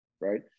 right